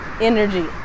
energy